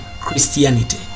Christianity